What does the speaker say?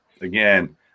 again